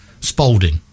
spalding